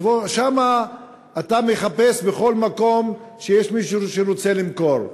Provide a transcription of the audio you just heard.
כי שם אתה מחפש בכל מקום שיש מישהו שרוצה למכור.